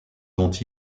dont